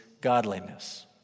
godliness